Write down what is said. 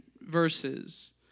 verses